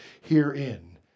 herein